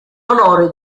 onore